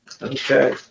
Okay